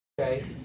Okay